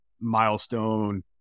milestone